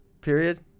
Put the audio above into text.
Period